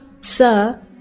Sir